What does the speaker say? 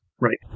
right